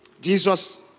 Jesus